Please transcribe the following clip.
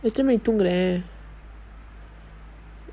எத்தனமணிக்குதூங்குற:ethana maniku thoongura